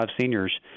seniors